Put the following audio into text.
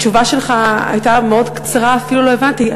התשובה שלך הייתה מאוד קצרה, אפילו לא הבנתי.